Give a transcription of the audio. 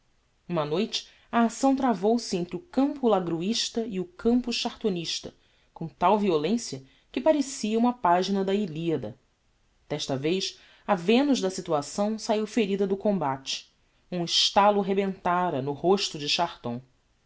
uma noite a acção travou-se entre o campo lagruista e o campo chartonista com tal violencia que parecia uma pagina da illiada desta vez a venus da situação saiu ferida do combate um estalo rebentára no rosto da